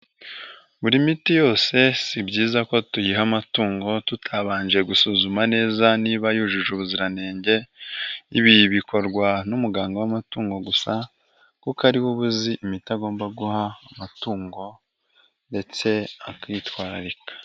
Buri miti yose si byiza ko tuyiha amatungo tutabanje gusuzuma neza; niba yujuje ubuziranenge. Ibi bikorwa n'umuganga w'amatungo gusa kuko ariwe uzi imiti agomba guha amatungo ndetse akitwararika.